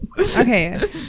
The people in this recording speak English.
Okay